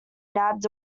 nabbed